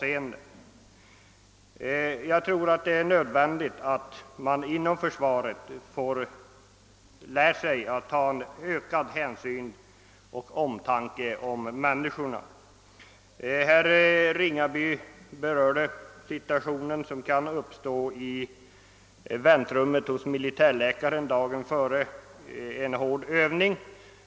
Enligt min mening måste man inom försvaret lära sig ta ökad hänsyn och visa större omtanke om människorna. Herr Ringaby berörde den situationen som kan uppstå i väntrummet hos militärläkaren dagen före en hård övning.